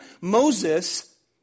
Moses